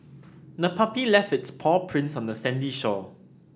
the puppy left its paw prints on the sandy shore